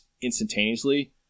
instantaneously